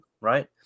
right